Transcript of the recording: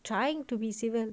trying to be civil